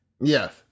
Yes